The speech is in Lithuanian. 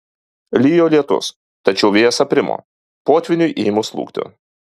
lijo lietus tačiau vėjas aprimo potvyniui ėmus slūgti